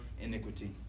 iniquity